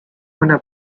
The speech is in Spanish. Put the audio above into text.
buena